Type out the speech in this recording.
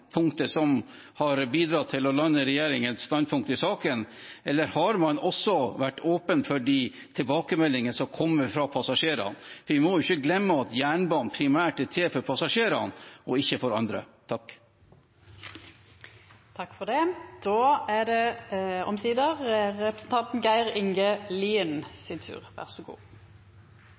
punktet, som har bidratt til å lande regjeringens standpunkt i saken, eller har man også vært åpen for de tilbakemeldingene som kommer fra passasjerene? Vi må ikke glemme at jernbanen primært er til for passasjerene, ikke for andre.